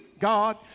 God